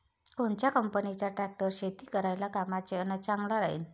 कोनच्या कंपनीचा ट्रॅक्टर शेती करायले कामाचे अन चांगला राहीनं?